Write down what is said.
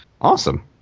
awesome